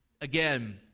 again